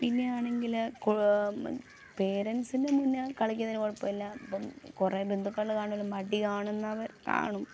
പിന്നെ ആണെങ്കിൽ പേരെൻസിൻറ്റെ മുന്നെ കളിക്കുന്നതിന് കുഴപ്പമില്ല ഇപ്പം കുറെ ബന്ധുക്കൾ കാണുന്ന മടി കാണുന്നവർ കാണും